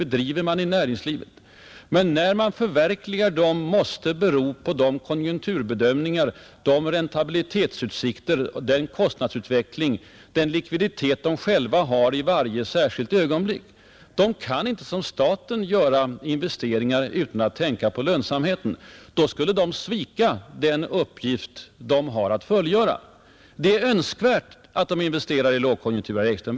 Men när planerna skall förverkligas måste bero på de konjunkturbedömningar, de räntabilitetsutsikter, den kostnadsutveckling och den likviditet företagen själva har att ta hänsyn till i varje särskilt ögonblick. De privata företagen kan inte, som staten, göra investeringar utan att tänka på lönsamheten. Då skulle de svika den uppgift de har att fullgöra. Det är önskvärt att företagen investerar i lågkonjunkturer, herr Ekström.